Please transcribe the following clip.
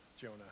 Jonah